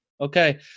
Okay